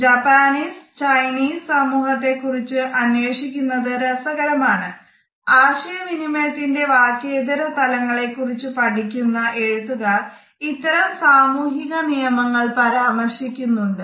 Japanese Chinese സമൂഹത്തെ കുറിച്ച് അന്വേഷിക്കുന്നത് രസകരമാണ് ആശയ വിനിമയത്തിന്റേ വാക്യേതര തലങ്ങളെ കുറിച്ച് പഠിക്കുന്ന എഴുത്തുകാർ ഇത്തരം സാമൂഹിക നിയമങ്ങൾ പരാമർശിക്കുന്നുണ്ട്